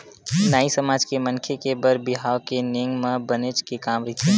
नाई समाज के मनखे के बर बिहाव के नेंग म बनेच के काम रहिथे